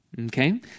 Okay